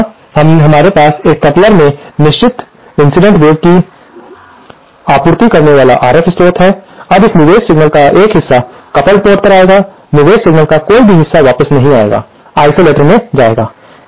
अब यहां हमारे पास इस कपलर में एक निश्चित इनसीडेंट वेव की आपूर्ति करने वाला RF स्रोत है अब इस निवेश सिग्नल का एक हिस्सा कपल्ड पोर्ट पर जाएगा निवेश सिग्नल का कोई भी हिस्सा वापस नहीं आएगा आइसोलेटर में जाएगा